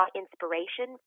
inspiration